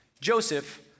Joseph